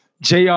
JR